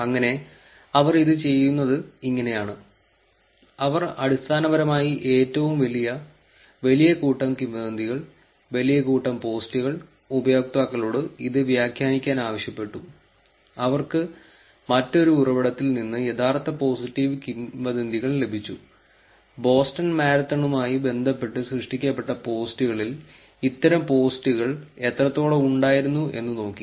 അങ്ങനെ അവർ ഇത് ചെയ്യുന്നത് ഇങ്ങനെയാണ് അവർ അടിസ്ഥാനപരമായി ഏറ്റവും വലിയ വലിയ കൂട്ടം കിംവദന്തികൾ വലിയ കൂട്ടം പോസ്റ്റുകൾ ഉപയോക്താക്കളോട് ഇത് വ്യാഖ്യാനിക്കാൻ ആവശ്യപ്പെട്ടു അവർക്ക് മറ്റൊരു ഉറവിടത്തിൽ നിന്ന് യഥാർത്ഥ പോസിറ്റീവ് കിംവദന്തികൾ ലഭിച്ചു ബോസ്റ്റൺ മാരത്തോൺഉമായി ബന്ധപ്പെട്ടു സൃഷ്ടിക്കപ്പെട്ട പോസ്റ്റുകളിൽ ഇത്തരം പോസ്ററുകൾ എത്രത്തോളം ഉണ്ടായിരുന്നു എന്ന് നോക്കി